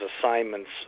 assignments